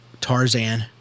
Tarzan